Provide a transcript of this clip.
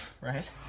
Right